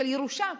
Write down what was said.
של ירושה.